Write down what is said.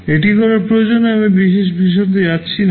এটি করার প্রয়োজনের বিষয়ে আমি বিশদে যাচ্ছি না